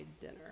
dinner